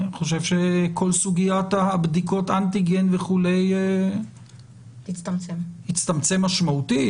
אני חושב שכל סוגיית בדיקות האנטיגן תצטמצם משמעותית,